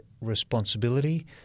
responsibility